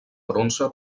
bronze